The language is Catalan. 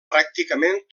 pràcticament